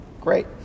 great